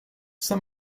saint